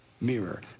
mirror